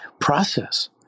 process